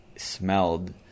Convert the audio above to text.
smelled